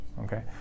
Okay